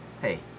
hey